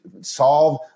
solve